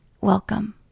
Welcome